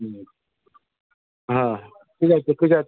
হুম হ্যাঁ ঠিক আছে ঠিক আছে ও